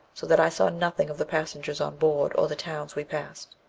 so that i saw nothing of the passengers on board, or the towns we passed.